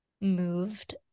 moved